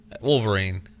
Wolverine